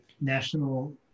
national